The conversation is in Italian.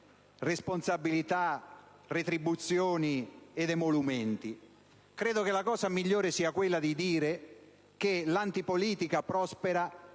responsabilità, retribuzioni e emolumenti. Credo che la cosa migliore sia quella di dire che l'antipolitica prospera